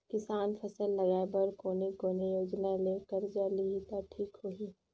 किसान फसल लगाय बर कोने कोने योजना ले कर्जा लिही त ठीक होही ग?